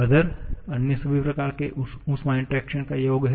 Wotherअन्य सभी प्रकार के ऊष्मा इंटरेक्शन का योग है